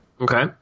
Okay